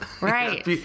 Right